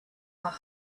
are